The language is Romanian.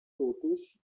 totuși